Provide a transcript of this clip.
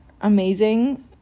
amazing